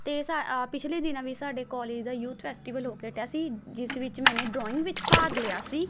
ਅਤੇ ਸਾ ਪਿਛਲੇ ਦਿਨਾਂ ਵਿੱਚ ਸਾਡੇ ਕੋਲੇਜ ਦਾ ਯੂਥ ਫੈਸਟੀਵਲ ਹੋ ਕੇ ਹਟਿਆ ਸੀ ਜਿਸ ਵਿੱਚ ਮੈਨੇ ਡਰੋਇੰਗ ਵਿੱਚ ਭਾਗ ਲਿਆ ਸੀ